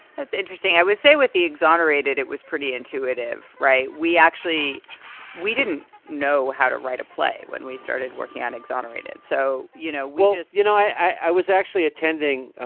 that's interesting. i would say with the exonerated, it was pretty intuitive. right? we actually we didn't know how to write a play when we started working on exonerated so, you know, well, you know, i was actually attending.